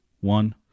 one